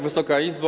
Wysoka Izbo!